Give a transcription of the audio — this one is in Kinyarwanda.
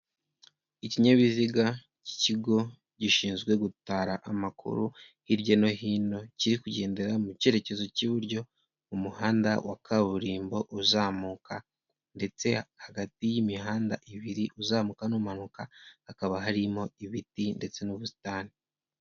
Ikinyabiziga cy'ikigo gishinzwe gutara amakuru hirya no hino kiri kugendera mu cyerekezo cy'iburyo, umuhanda wa kaburimbo uzamuka ndetse hagati y'imihanda ibiri uzamuka n'umanuka hakaba harimo ibiti ndetse n'ubusitani.